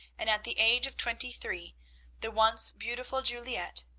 and at the age of twenty-three the once beautiful juliette,